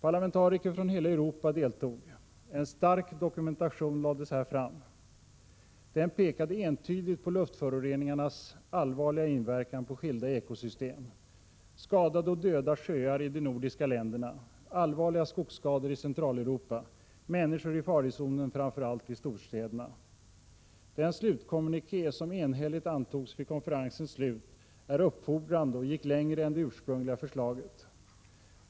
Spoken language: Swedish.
Parlamentariker från hela Europa deltog. En stark dokumentation lades här fram. Den pekade entydigt på luftföroreningarnas allvarliga inverkan på skilda ekosystem: skadade och döda sjöar i de nordiska länderna; allvarliga skogsskador i Centraleuropa; människor i farozonen framför allt i storstäderna. Den slutkommuniké som enhälligt antogs vid konferensens slut är uppfordrande och gick längre än det ursprungliga förslaget.